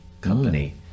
company